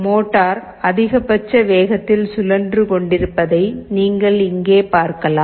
motor அதிகபட்ச வேகத்தில் சுழன்று கொண்டிருப்பதை நீங்கள் இங்கே பார்க்கலாம்